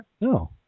No